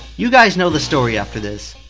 you guys know the story after this.